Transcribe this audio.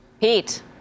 Pete